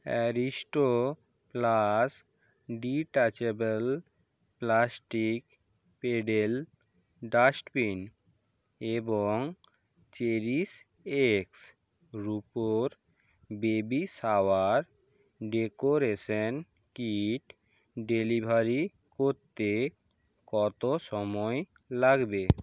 Aristo plus detachable plastic pedal dustbin এবং Cherish X রুপোর baby shower decoration kit delivery করতে কত সময় লাগবে